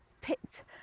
picked